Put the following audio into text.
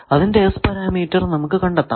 അതിന്റെ S parameter നമുക്ക് കണ്ടെത്താം